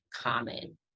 common